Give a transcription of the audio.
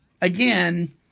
again